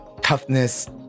toughness